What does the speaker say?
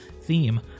theme